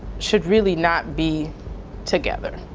should really not be together.